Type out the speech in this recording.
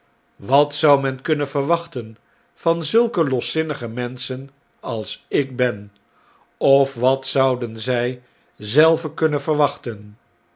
wat zou men kunnen verwachten van zulke loszinnige menschen als ik ben of wat zouden zjj zelven kunnen verwachten